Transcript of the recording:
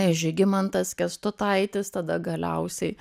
žygimantas kęstutaitis tada galiausiai